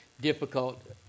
difficult